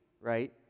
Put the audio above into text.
right